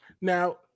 Now